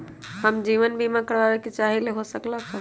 हम जीवन बीमा कारवाबे के चाहईले, हो सकलक ह?